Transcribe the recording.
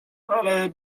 ale